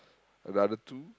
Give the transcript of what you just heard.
the other two